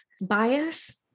bias